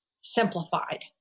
simplified